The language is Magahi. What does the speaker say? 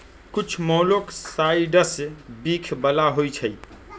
कुछ मोलॉक्साइड्स विख बला होइ छइ